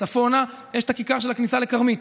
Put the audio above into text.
יש את הכיכר של הכניסה לכרמית.